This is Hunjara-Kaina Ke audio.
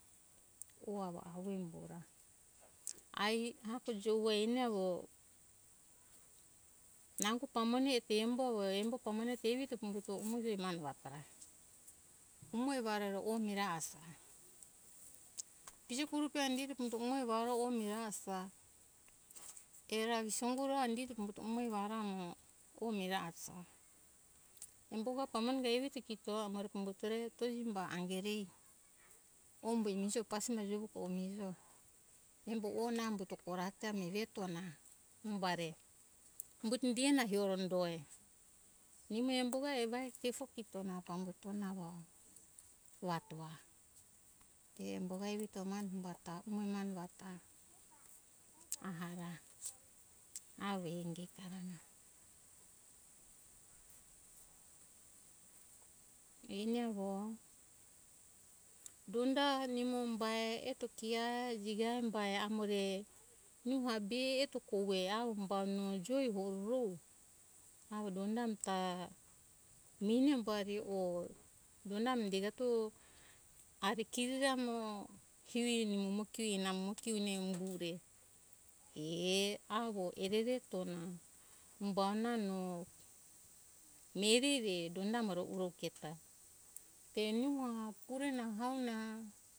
U avo avoi ai ehako jovu eni avo nango pamone te embo avo embo pamone te evi to pambuto umo ve mane vato ra umo e varero o mira asoa pije kuru pe indito umoi varo o miha asa e ra isongu ra indito pambuto umoi vara mo o mira asaja embo ga pamone re evito kito amore pambutore imba angere ombo mihijo pasimba jogujo o miha embo o umbuto ora mireto na umba re umbuto indi ona te hioro do nimo embo ga evai tefo kito na pambuto na avo to atona embo ga evito mane hambatoa aha ga avo ingito eni avo donda nimo umbae eto kia jigambae amore nuha be ue vuto pamba no joi hororo avo donda ami ta meni umbari o donda amo degato avo kirija amo kio eni nimo kio ue namo kione ue e avo mireri atona umba ona no mireri donda amo vuro kio uja peni mo pure nango ta